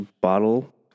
bottle